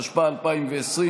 התשפ"א 2020,